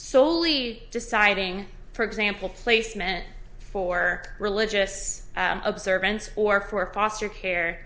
soley deciding for example placement for religious observance or for foster care